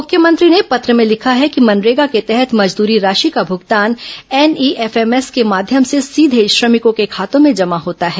मुख्यमंत्री ने पत्र में लिखा है कि मनरेगा के तहत मजदूरी राशि का भुगतान एनईएफएमएस के माध्यम से सीधे श्रमिकों के खातों में जमा होता है